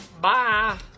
Bye